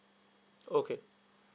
okay